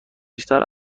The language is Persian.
بیشتر